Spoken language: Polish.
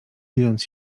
bijąc